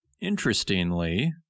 interestingly